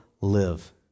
live